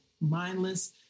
mindless